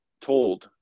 told